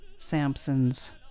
Samson's